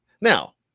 Now